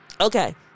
okay